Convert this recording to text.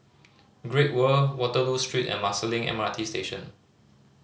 Great World Waterloo Street and Marsiling M R T Station